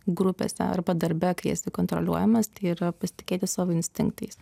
grupėse arba darbe kai esi kontroliuojamas tai yra pasitikėti savo instinktais